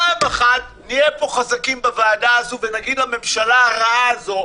פעם אחת נהיה פה חזקים בוועדה הזאת ונגיד לממשלה הרעה הזאת,